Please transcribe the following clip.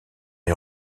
est